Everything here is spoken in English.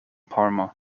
parma